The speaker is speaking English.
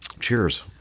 Cheers